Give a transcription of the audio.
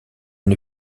une